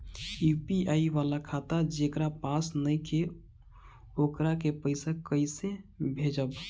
UPI वाला खाता जेकरा पास नईखे वोकरा के पईसा कैसे भेजब?